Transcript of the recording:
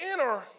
inner